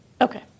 Okay